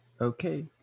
Okay